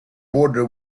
border